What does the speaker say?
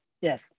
Yes